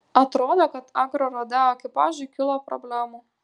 atrodo kad agrorodeo ekipažui kilo problemų